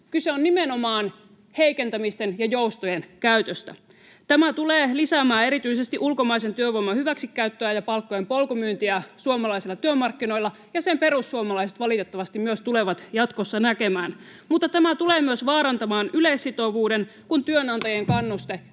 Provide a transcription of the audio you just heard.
Kyse on nimenomaan heikentämisten ja joustojen käytöstä. Tämä tulee lisäämään erityisesti ulkomaisen työvoiman hyväksikäyttöä ja palkkojen polkumyyntiä suomalaisilla työmarkkinoilla, ja sen perussuomalaiset valitettavasti myös tulevat jatkossa näkemään, mutta tämä tulee myös vaarantamaan yleissitovuuden, kun työnantajien kannuste